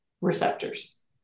receptors